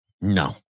No